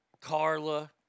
Carla